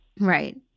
Right